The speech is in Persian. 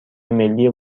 ملی